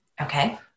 Okay